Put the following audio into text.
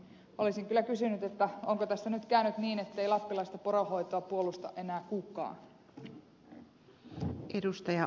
olisin kyllä kysynyt onko tässä nyt käynyt niin ettei lappilaista poronhoitoa puolusta enää kukaan